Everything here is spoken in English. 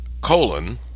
colon